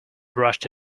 brushed